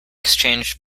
exchanged